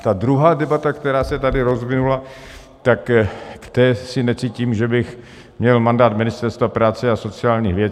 Ta druhá debata, která se tady rozvinula, tak v té se necítím, že bych měl mandát Ministerstva práce a sociálních věcí.